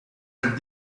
are